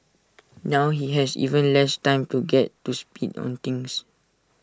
now he has even less time to get to speed on things